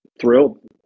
thrilled